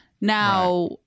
Now